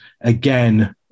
again